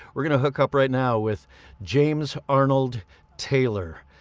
we're gonna hook up right now with james arnold taylor.